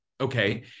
okay